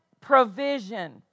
provision